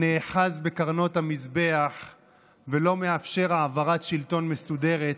הנאחז בקרנות המזבח ולא מאפשר העברת שלטון מסודרת